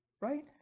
right